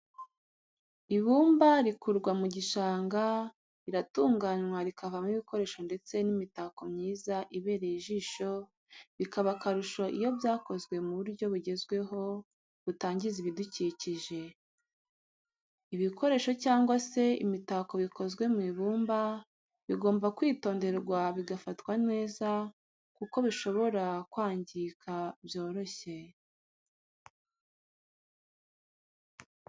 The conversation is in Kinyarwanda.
Ibumba rikurwa mu gishanga riratunganywa rikavamo ibikoresho ndetse n'imitako myiza ibereye ijisho bikaba akarusho iyo byakozwe mu buryo bugezweho butangiza ibidukikije. Ibikoresho cyangwa se imitako bikozwe mu ibumba bigomba kwitonderwa bigafatwa neza kuko bishobora kwangirika byoroshye.